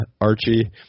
Archie